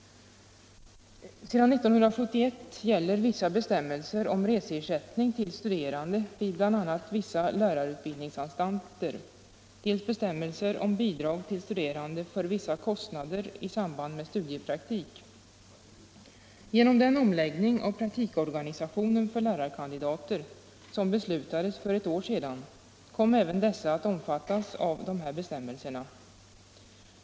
Sedan 1971 gäller dels vissa bestämmelser om reseersättning till studerande vid bl.a. vissa lärarutbildningsanstalter, dels bestämmelser om bidrag till studerande för vissa kostnader i samband med studiepraktik. Genom den omläggning av praktikorganisationen för lärarkandidater som beslutades för ett år sedan, kom även dessa att omfattas av de här bestämmelserna.